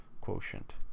quotient